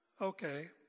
okay